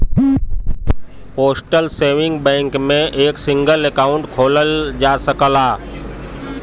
postal saving bank में एक single account खोलल जा सकला